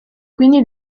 quindi